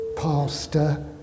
pastor